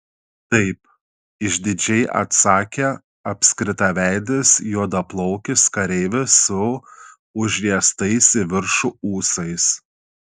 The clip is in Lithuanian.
taip išdidžiai atsakė apskritaveidis juodaplaukis kareivis su užriestais į viršų ūsais